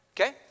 Okay